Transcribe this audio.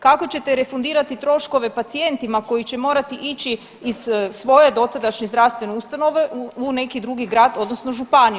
Kako ćete refundirati troškove pacijentima koji će morati ići iz svoje dotadašnje zdravstvene ustanove u neki drugi grad odnosno županiju?